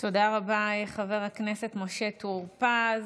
תודה רבה, חבר הכנסת משה טור פז.